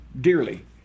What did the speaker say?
dearly